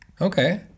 Okay